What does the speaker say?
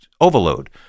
overload